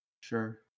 Sure